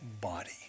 body